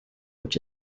which